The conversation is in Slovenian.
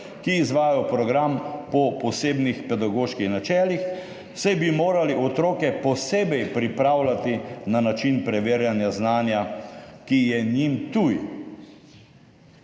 ki izvajajo program po posebnih pedagoških načelih, saj bi morali otroke posebej pripravljati na način preverjanja znanja, ki je njim tuj.